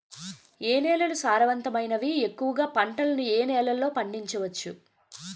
ఏ నేలలు సారవంతమైనవి? ఎక్కువ గా పంటలను ఏ నేలల్లో పండించ వచ్చు?